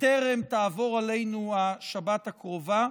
בטרם תעבור עלינו השבת הקרובה,